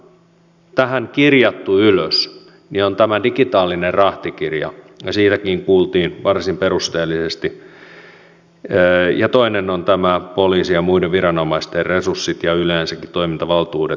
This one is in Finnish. se mitä on tähän kirjattu ylös on tämä digitaalinen rahtikirja siitäkin kuultiin varsin perusteellisesti ja toinen on tämä poliisin ja muiden viranomaisten resurssit ja yleensäkin toimintavaltuudet nostaa niitä esille